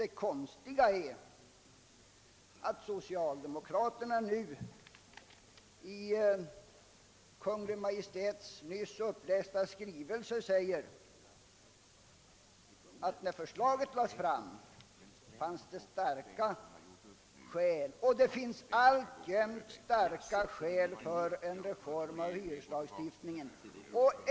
Det konstiga är att det i Kungl. Maj:ts nyss upplästa skrivelse säges, att när förslaget lades fram, så fanns det starka skäl — och det finns alltjämt starka skäl — för en reform av hyreslagstiftningen.